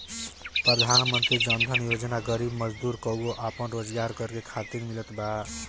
प्रधानमंत्री जन धन योजना गरीब मजदूर कअ आपन रोजगार करे खातिर मिलत बाटे